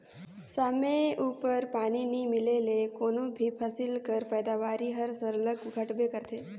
समे उपर पानी नी मिले ले कोनो भी फसिल कर पएदावारी हर सरलग घटबे करथे